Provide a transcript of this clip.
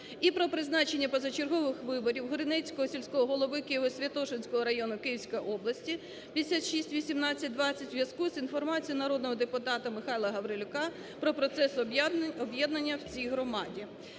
І про призначення позачергових виборів Гореницького сільського голови Києво-Святошинського району Київської області (5618-20) у зв'язку із інформацією народного депутата Михайла Гаврилюка про процес об'єднання в цій громаді.